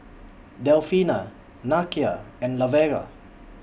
Delfina Nakia and Lavera